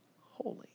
holy